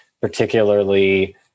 particularly